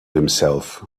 himself